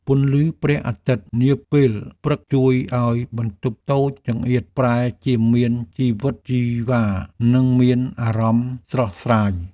ពន្លឺព្រះអាទិត្យនាពេលព្រឹកជួយឱ្យបន្ទប់តូចចង្អៀតប្រែជាមានជីវិតជីវ៉ានិងមានអារម្មណ៍ស្រស់ស្រាយ។